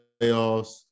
playoffs